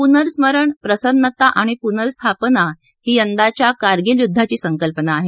पुनस्मरण प्रसन्नता आणि पुर्नस्थापना ही यंदाच्या कारगिल युद्धाची संकल्पना आहे